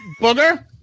Booger